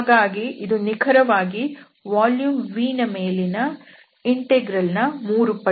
ಹಾಗಾಗಿ ಇದು ನಿಖರವಾಗಿ ವಾಲ್ಯೂಮ್ V ಯ ಮೇಲಿನ ಇಂಟೆಗ್ರಲ್ ನ 3 ಪಟ್ಟು